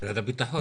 בטח משרד הביטחון.